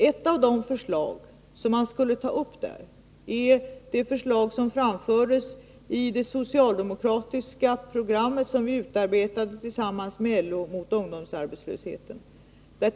Ett av de förslag som man därvid skulle ta upp är det förslag som framfördes i det socialdemokratiska programmet, som §i utarbetade tillsammans med LO, mot ungdomsarbetslösheten.